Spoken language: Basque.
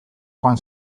joan